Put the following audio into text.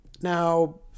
Now